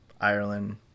ireland